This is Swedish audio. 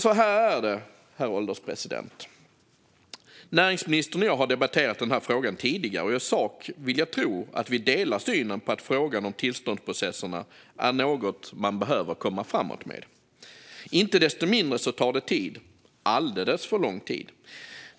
Så här är det nämligen, herr ålderspresident: Näringsministern och jag har debatterat den här frågan tidigare, och i sak vill jag tro att vi delar synen på att frågan om tillståndsprocesserna är något som man behöver komma framåt med. Inte desto mindre tar det tid, alldeles för lång tid.